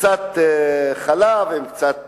קצת חלב עם קצת דבש,